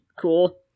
Cool